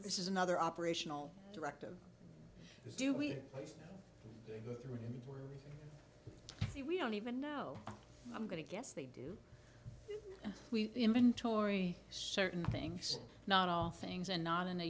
this is another operational directive do we go through we don't even know i'm going to guess they do we inventory certain things not all things and not in a